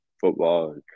football